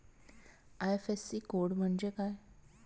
IFSC code म्हणजे काय?